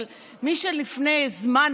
אבל מי שלפני זמן,